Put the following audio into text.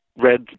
red